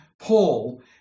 Paul